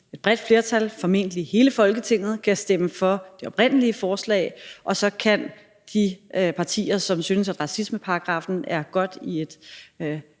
et bredt flertal, formentlig hele Folketinget, kan stemme for det oprindelige forslag. Og så kan de partier, som synes, at racismeparagraffen er godt i et